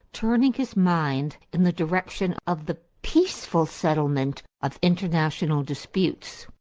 turning his mind in the direction of the peaceful settlement of international disputes.